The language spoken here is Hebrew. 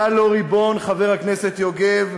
אתה לא ריבון, חבר הכנסת יוגב,